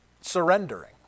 Surrendering